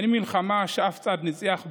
אין מלחמה שכל צד ניצח בה.